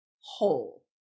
whole